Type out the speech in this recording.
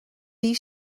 bhí